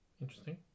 interesting